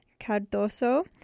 Cardoso